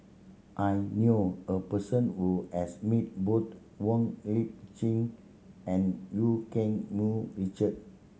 I knew a person who has met both Wong Lip Chin and Eu Keng Mun Richard